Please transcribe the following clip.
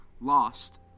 lost